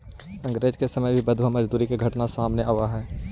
अंग्रेज के समय में भी बंधुआ मजदूरी के घटना सामने आवऽ हलइ